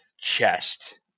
chest